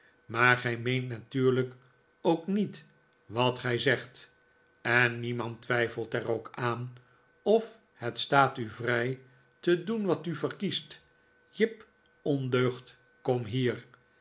maar gij meent natuurlijk ook niet wat gij zegt en niemand twijfelt er ook aan of het staat u vrij te doen wat u verkiest jip ondeugd kom hier